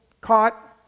caught